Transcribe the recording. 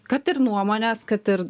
kad ir nuomonės kad ir